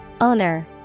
Owner